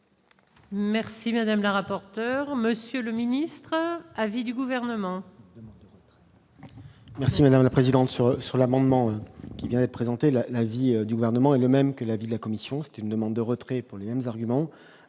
Merci madame la rapporteur, Monsieur le Ministre à vie du gouvernement. Merci madame la présidente sur sur l'amendement qui vient d'être présenté là l'avis du gouvernement est le même que l'avis de la commission, ce qui me demande de retrait pour les mêmes arguments